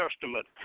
Testament